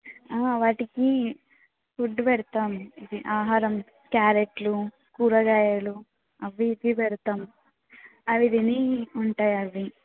వాటికి ఫుడ్ పెడతాం ఇ ఆహారం క్యారెట్లు కూరగాయలు అవి ఇవి పెడతాం అవి తిని ఉంటాయి అవి